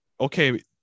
okay